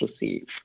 receive